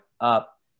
up